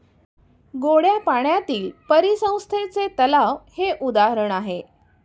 गोड्या पाण्यातील परिसंस्थेचे तलाव हे उदाहरण आहे